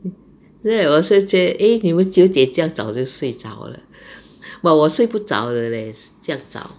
所以我是觉得 eh 你们九点这样早就睡着了 but 我睡不着的 leh 这样早